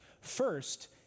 First